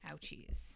ouchies